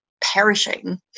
perishing